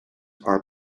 are